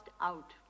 out